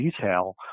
detail